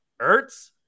Ertz